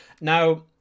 Now